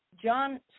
John